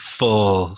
full